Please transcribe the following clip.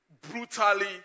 brutally